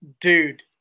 dude